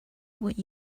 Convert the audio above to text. would